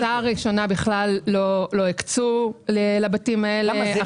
בהקצאה הראשונה בכלל לא הקצו לבתים האלה.